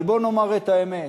אבל בואו נאמר את האמת,